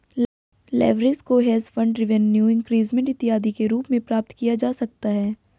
leverage को hedge fund revenue increment इत्यादि के रूप में प्राप्त किया जा सकता है